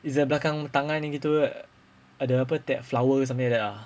it's a belakang tangan dia begitu ada apa tu flower something like that ah